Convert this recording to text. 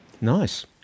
nice